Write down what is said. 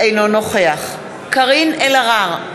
אינו נוכח קארין אלהרר,